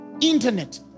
internet